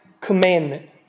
commandment